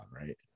Right